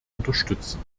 unterstützen